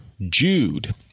Jude